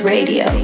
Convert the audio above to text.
Radio